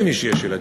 למי שיש ילדים?